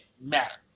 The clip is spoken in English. matter